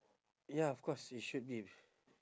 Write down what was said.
ya of course it should be